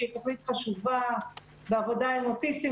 שהיא תוכנית חשובה בעובדה עם אוטיסטים,